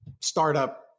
startup